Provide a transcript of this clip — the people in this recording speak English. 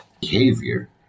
behavior